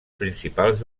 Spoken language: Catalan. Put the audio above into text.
principals